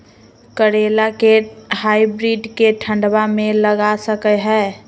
करेला के हाइब्रिड के ठंडवा मे लगा सकय हैय?